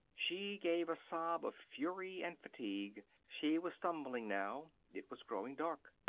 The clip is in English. she gave a sob of fury and fatigue. she was stumbling now. it was growing dark.